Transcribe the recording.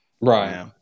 Right